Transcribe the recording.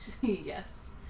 Yes